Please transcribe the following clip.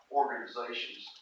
organizations